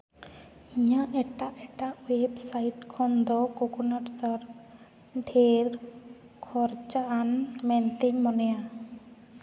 ᱤᱧᱟᱹᱜ ᱮᱴᱟᱜ ᱮᱴᱟᱜ ᱳᱭᱮᱵᱽ ᱥᱟᱭᱤᱴ ᱠᱷᱚᱱ ᱫᱚ ᱠᱚᱠᱳᱱᱟᱴ ᱥᱟᱨᱯ ᱰᱷᱮᱨ ᱠᱷᱚᱨᱪᱟ ᱟᱱ ᱢᱮᱱᱛᱤᱧ ᱢᱚᱱᱮᱭᱟ